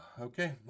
Okay